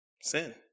Sin